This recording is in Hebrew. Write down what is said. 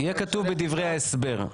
יהיה כתוב בדברי ההסבר?